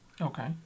Okay